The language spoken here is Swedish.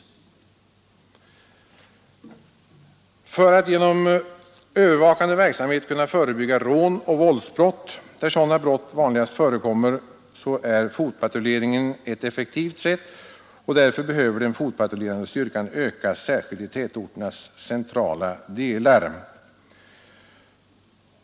Fotpatrulleringen är ett effektivt sätt att genom övervakande verksamhet förebygga rån och våldsbrott där sådana brott vanligast förekommer. Därför behöver den fotpatrullerande polisstyrkan ökas, särskilt i tätorternas centrala delar.